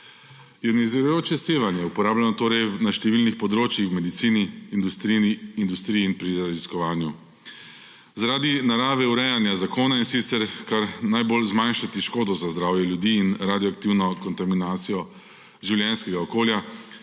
Ionizirajoče sevanje je uporabljeno torej na številnih področjih v medicini, industriji in pri raziskovanju. Zaradi narave urejanja zakona, in sicer kar najbolj zmanjšati škodo za zdravje ljudi in radioaktivno kontaminacijo življenjskega okolja,